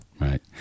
Right